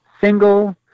single